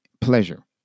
pleasure